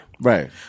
Right